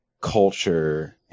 culture